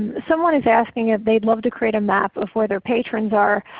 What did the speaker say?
someone is asking that they've love to create a map of where their patrons are,